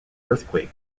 earthquake